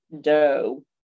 dough